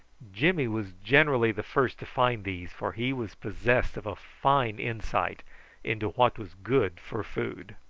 jimmy was generally the first to find these, for he was possessed of a fine insight into what was good for food.